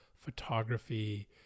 photography